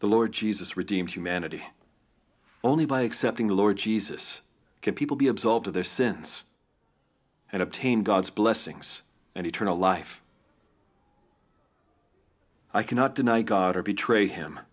the lord jesus redeemed humanity only by accepting the lord jesus can people be absolved of their sins and obtain god's blessings and eternal life i cannot deny god or betray him